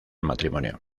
matrimonio